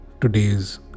today's